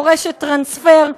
מורשת טרנספר,